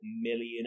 million